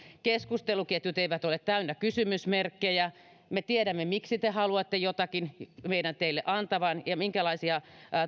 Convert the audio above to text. keskusteluketjut eivät ole täynnä kysymysmerkkejä jotta me tiedämme miksi te haluatte jotakin meidän teille antavan ja minkälaisia